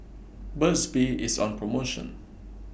Burt's Bee IS on promotion